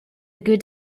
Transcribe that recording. good